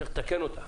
צריך לתקן אותה.